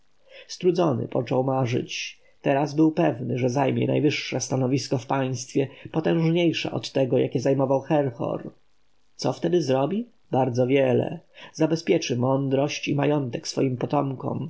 strudzony począł marzyć teraz był pewny że zajmie najwyższe stanowisko w państwie potężniejsze od tego jakie zajmował herhor co wtedy zrobi bardzo wiele zabezpieczy mądrość i majątek swoim potomkom